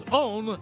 own